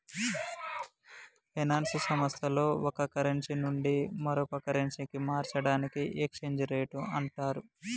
finance సంస్థల్లో ఒక currency నుండి మరో కరెన్సీకి మార్చడాన్ని ఎక్స్చేంజ్ రేట్ అంటరు